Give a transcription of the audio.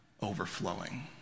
overflowing